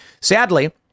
Sadly